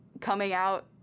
coming-out